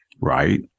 Right